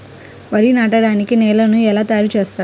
వరి నాటడానికి నేలను ఎలా తయారు చేస్తారు?